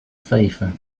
favor